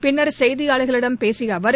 பின்னர் செய்தியாளர்களிடம் பேசிய அவர்